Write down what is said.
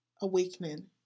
awakening